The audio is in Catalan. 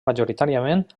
majoritàriament